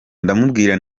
ndamubwira